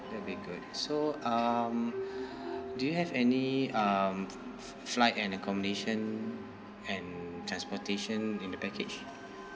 that'll be good so um do you have any um flight and accommodation and transportation in the package